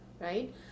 right